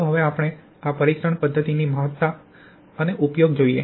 ચાલો હવે આપણે આ પરીક્ષણ પદ્ધતિની મહત્તા અને ઉપયોગ જોઈએ